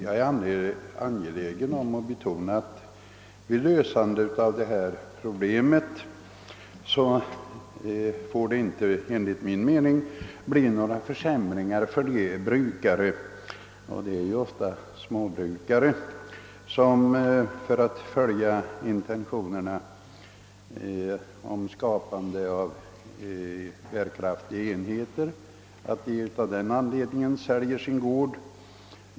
Jag är angelägen om att betona att det vid lösandet av detta problem inte får bli några försämringar för de brukare, ofta småbrukare, som för att följa intentionerna om skapandet av bärkraftiga enheter säljer sin gård.